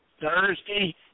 Thursday